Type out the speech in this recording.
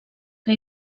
que